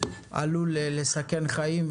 עלול לסכן חיים,